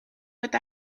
with